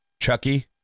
Chucky